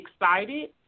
excited